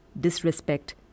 disrespect